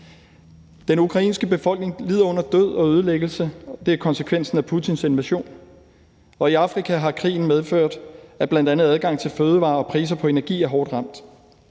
Den ukrainske befolkning lider død og ødelæggelse – det er konsekvensen af Putins invasion – og i Afrika har krigen medført, at bl.a. adgangen til fødevarer og priser på energi er hårdt ramt.